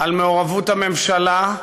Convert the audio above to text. על מעורבות הממשלה,